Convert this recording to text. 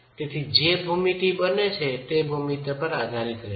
તેથી જે ભૂમિતિ બનશે તે ભૂમિતિ પર આધારિત રહેશે